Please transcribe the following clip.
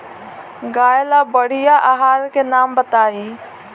गाय ला बढ़िया आहार के नाम बताई?